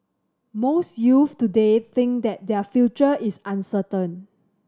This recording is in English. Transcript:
most youths today think that their future is uncertain